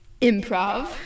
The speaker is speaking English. Improv